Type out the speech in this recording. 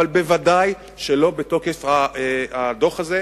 אבל ודאי שלא בתוקף הדוח הזה,